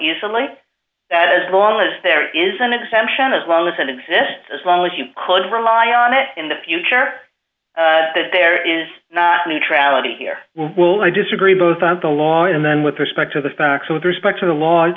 easily that as long as there is an exemption as long as it exists as long as you could rely on it in the future that there is no neutrality here will i disagree both on the law and then with respect to the facts with respect to the l